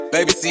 Baby